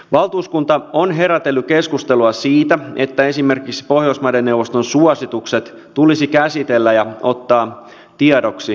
valtuuskunta on herätellyt keskustelua siitä että esimerkiksi pohjoismaiden neuvoston suositukset tulisi käsitellä ja ottaa tiedoksi valiokunnissa